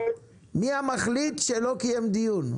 מי המחליט שלא קיים דיון?